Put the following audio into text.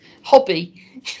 Hobby